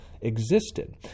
existed